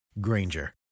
Granger